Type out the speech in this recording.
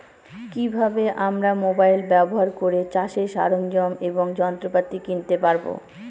কি ভাবে আমরা মোবাইল ব্যাবহার করে চাষের সরঞ্জাম এবং যন্ত্রপাতি কিনতে পারবো?